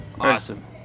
awesome